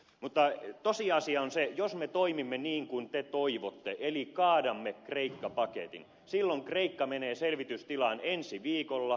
mutta tosiasia on se että jos me toimimme niin kuin te toivotte eli kaadamme kreikka paketin silloin kreikka menee selvitystilaan ensi viikolla